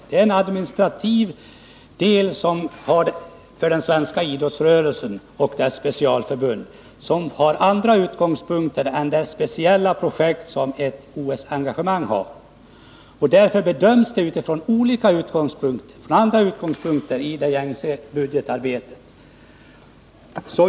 Där görs en administrativ bedömning för den svenska idrottsrörelsen och dess specialförbund som har andra utgångspunkter — ett OS-engagemang är ett speciellt projekt. Idrottsanslagen bedöms i det gängse budgetarbetet.